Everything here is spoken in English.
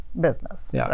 business